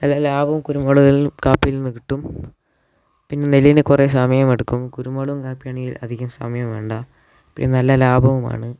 നല്ല ലാഭവും കുരുമുളും കാപ്പിയിൽ നിന്ന് കിട്ടും പിന്നെ നെല്ലിന് കുറേ സമയം എടുക്കും കുരുമുളകും കാപ്പി ആണെങ്കിൽ അധികം സമയം വേണ്ട പിന്നെ നല്ല ലാഭവുമാണ്